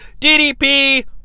DDP